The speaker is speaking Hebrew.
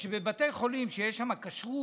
במשך כל השנים זה שבבתי חולים שיש כשרות,